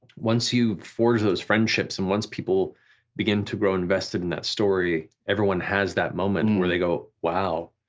once you've forged those friendships, and once people begin to grow invested in that story, everyone has that moment and where they go wow,